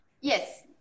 Yes